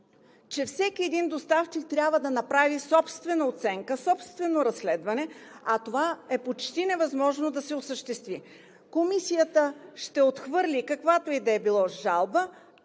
че всеки доставчик трябва да направи собствена оценка, собствено разследване, а това е почти невъзможно да се осъществи. Комисията ще отхвърли, каквато и да е било жалба,